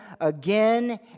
again